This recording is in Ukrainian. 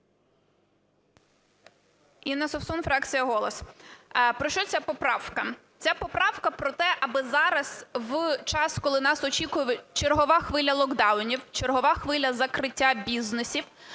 Інна Совсун, фракція "Голос". Про що ця поправка? Ця поправка про те, аби зараз в час, коли нас очікує чергова хвиля локдаунів, чергова хвиля закриття бізнесів,